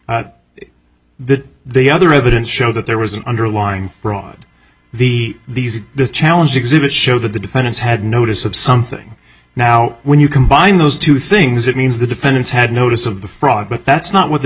that the other evidence showed that there was an underlying fraud the these the challenge exhibit showed that the defendants had notice of something now when you combine those two things it means the defendants had notice of the fraud but that's not what the